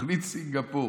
תוכנית סינגפור.